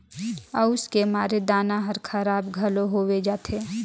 अउस के मारे दाना हर खराब घलो होवे जाथे